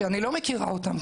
שאני לא מכירה אותן,